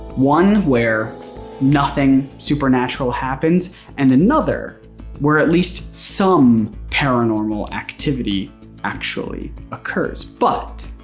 one where nothing supernatural happens and another where at least, some paranormal activity actually occurs but